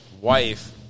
wife